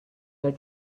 your